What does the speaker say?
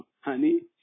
honey